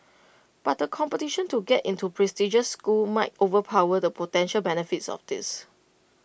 but the competition to get into prestigious schools might overpower the potential benefits of this